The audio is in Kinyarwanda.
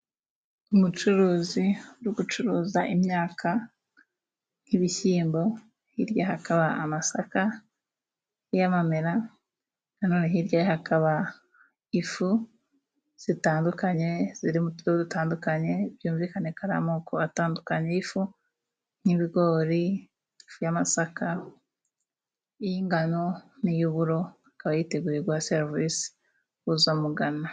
Umucuruzi uri gucuruza imyaka nk'ibishyimbo，hirya hakaba amasaka y'amamera no hirya hakaba ifu zitandukanye， ziri mu tuntu dutandukanye，byumvikana ko ari amoko atandukanye y'ifu， nk'ibigori，y'amasaka，y'ingano n'iy'uburo， akaba yiteguye guha serivisi uzamugana.